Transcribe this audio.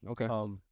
Okay